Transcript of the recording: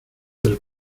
del